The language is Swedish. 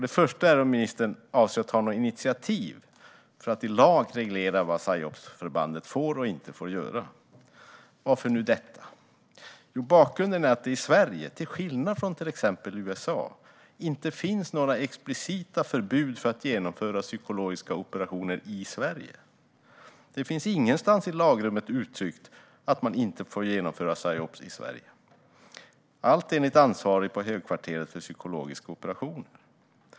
Den första är om ministern avser att ta något initiativ för att i lag reglera vad psyopsförbandet får och inte får göra. Varför nu detta? Bakgrunden är att det i Sverige, till skillnad från i till exempel USA, inte finns några explicita förbud mot att genomföra psykologiska operationer i Sverige. Det finns ingenstans i lagrummet uttryckt att man inte får genomföra psyops i Sverige, allt enligt ansvarig på högkvarteret för psykologiska operationer.